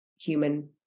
human